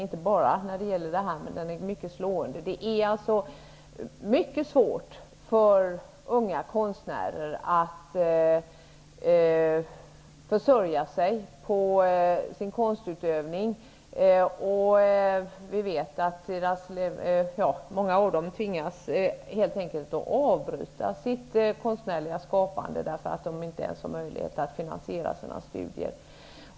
Det gäller inte bara i denna fråga, utan den är mycket slående. Det är mycket svårt för unga konstnärer att försörja sig på sin konstutövning. Vi vet att många av dem helt enkelt tvingas att avbryta sitt konstnärliga skapande, eftersom de inte ens har möjlighet att finansiera sina studier.